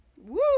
Woo